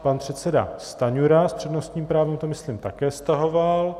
Pan předseda Stanjura s přednostním právem to myslím také stahoval.